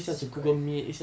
奇怪